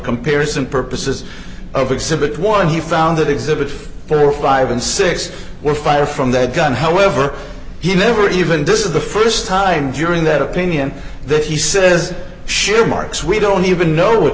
comparison purposes of exhibit one he found that exhibit there were five and six were fired from that gun however he never even this is the st time during that opinion that he says sure marks we don't even know what